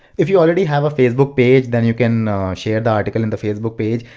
if you already have a facebook page then you can share the article in the facebook page,